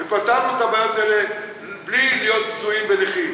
ופתרנו את הבעיות האלה בלי להיות פצועים ונכים.